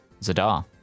Zadar